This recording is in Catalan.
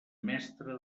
mestre